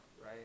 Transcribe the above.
right